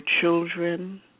children